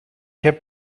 heb